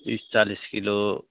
तिस चालिस किलो